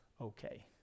okay